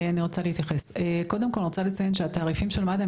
אני רוצה להתייחס ולציין שתעריפי מד"א הם